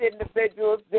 individuals